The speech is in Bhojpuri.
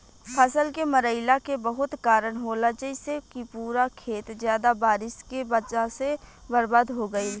फसल के मरईला के बहुत कारन होला जइसे कि पूरा खेत ज्यादा बारिश के वजह से बर्बाद हो गईल